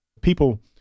people